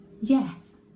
Yes